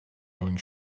going